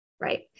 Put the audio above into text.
right